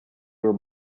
were